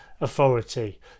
authority